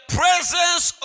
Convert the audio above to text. presence